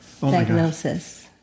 diagnosis